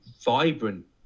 vibrant